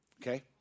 Okay